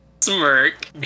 smirk